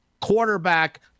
quarterback